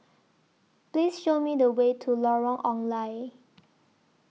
Please Show Me The Way to Lorong Ong Lye